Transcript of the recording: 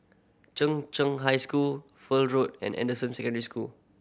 Cheng Cheng High School Fur Road and Anderson Secondary School